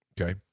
okay